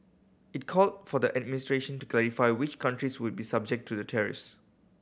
it called for the administration to clarify which countries would be subject to the tariffs